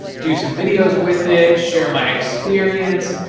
do some videos with it, share my experience,